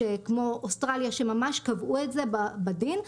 כמו אוסטרליה שממש קבעו את זה בדין,